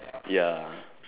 ya